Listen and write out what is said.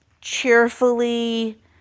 cheerfully